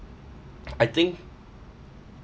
I think